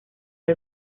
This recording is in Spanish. del